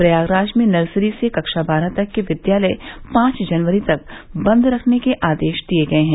प्रयागराज में नर्सरी से कक्षा बारह तक के विद्यालय पांच जनवरी तक बंद रखने के आदेश दिए गये हैं